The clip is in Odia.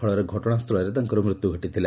ଫଳରେ ଘଟଣା ସ୍ଥଳରେ ତାଙ୍କର ମୃତ୍ୟୁ ଘଟିଥିଲା